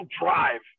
drive